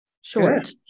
Short